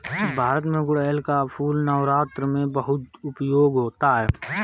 भारत में गुड़हल का फूल नवरात्र में बहुत उपयोग होता है